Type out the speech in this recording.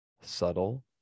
subtle